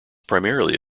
primarily